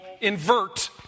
invert